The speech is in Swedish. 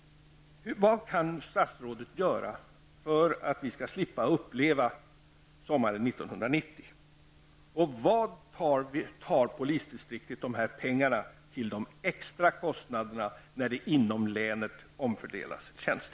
1990. Varifrån skall polisdistriktet ta pengar till de extra kostnaderna när tjänster skall omfördelas inom länet?